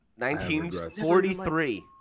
1943